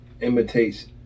imitates